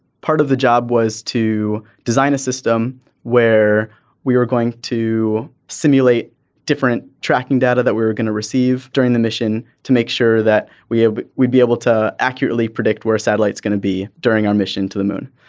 part of the job was to design a system where we were going to simulate different tracking data that we were going to receive during the mission to make sure that we ah would be able to accurately predict where satellite's going to be during our mission to the moon.